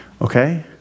Okay